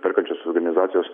perkančiosios organizacijos